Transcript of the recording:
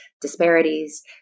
disparities